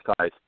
size